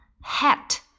hat